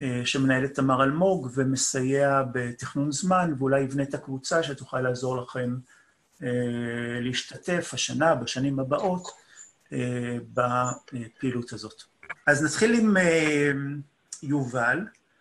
שמנהלת תמר אלמוג ומסייע בתכנון זמן, ואולי יבנה את הקבוצה שתוכל לעזור לכם להשתתף השנה, בשנים הבאות, בפעילות הזאת. אז נתחיל עם יובל.